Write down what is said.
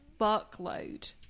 fuckload